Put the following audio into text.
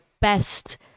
best